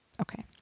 Okay